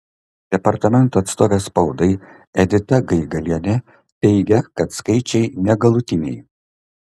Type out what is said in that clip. departamento atstovė spaudai edita gaigalienė teigia kad skaičiai negalutiniai